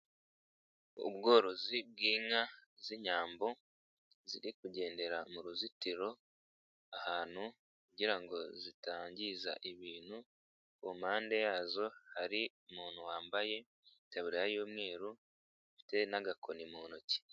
Ubworozi bw'inka z'inyambo ziri kugendera mu ruzitiro ahantu kugira ngo zitangiza ibintu ku mpande yazo hari umuntu wambaye itaburiya y'umweru ufite n'agakoni mu ntoki.